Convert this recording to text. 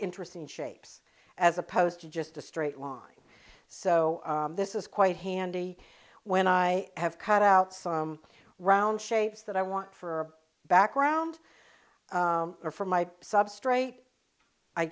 interesting shapes as opposed to just a straight line so this is quite handy when i have cut out some round shapes that i want for background or for my substrate i